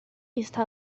está